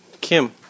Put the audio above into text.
Kim